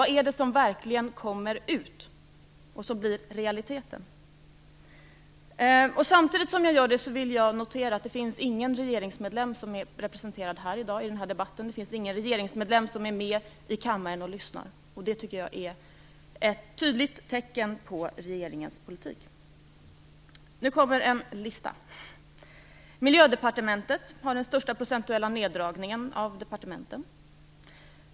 Vad är det som verkligen kommer ut av orden, och vad blir realiteter? Samtidigt vill jag notera att ingen regeringsmedlem är med i debatten i dag. Ingen regeringsmedlem lyssnar i kammaren. Det tycker jag är ett tydligt tecken vad gäller regeringens politik. Miljödepartementet får den största procentuella neddragningen av departementen.